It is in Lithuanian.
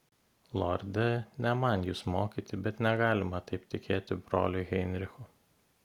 lorde ne man jus mokyti bet negalima taip tikėti broliu heinrichu